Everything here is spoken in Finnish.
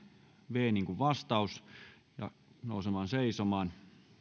niin kuin vastaus ja nousemaan seisomaan